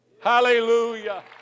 Hallelujah